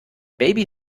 baby